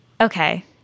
Okay